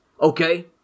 Okay